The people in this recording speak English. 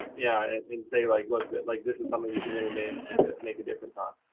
yeah and and say, like, look, like this is something we can really make a make a difference on.